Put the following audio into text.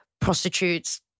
prostitutes